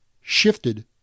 shifted